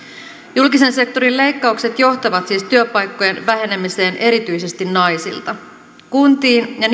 julkisen sektorin leikkaukset johtavat siis työpaikkojen vähenemiseen erityisesti naisilta kuntiin ja